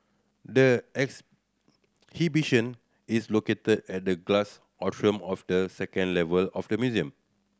the exhibition is located at the glass atrium of the second level of the museum